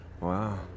Wow